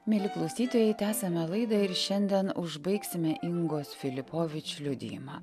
mieli klausytojai tęsiame laidą ir šiandien užbaigsime ingos filipovič liudijimą